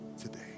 today